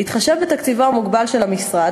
בהתחשב בתקציבו המוגבל של המשרד,